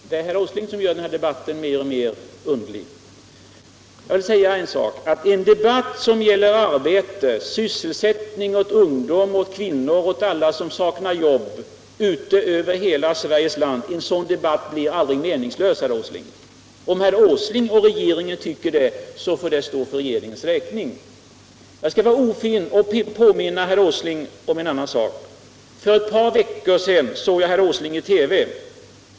Herr talman! Det är herr Åsling som gör den här debatten mer och mer underlig. En debatt som gäller sysselsättning åt ungdomar, kvinnor och alla som saknar jobb ute över hela Sveriges land blir aldrig meningslös, herr Åsling. Om herr Åsling och regeringen tycker det får det stå för regeringens räkning. Jag skall vara ofin och påminna herr Åsling om en annan sak. För ett par veckor sedan såg jag herr Åsling i TV.